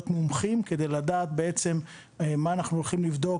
מומחים כדי לדעת מה אנחנו הולכים לבדוק,